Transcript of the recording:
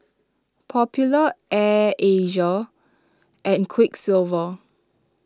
Popular Air Asia and Quiksilver